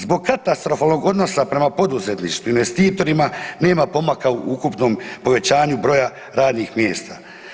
Zbog katastrofalnog odnosa prema poduzetništvu i investitorima nema pomaka u ukupnom povećanju broja radnih mjesta.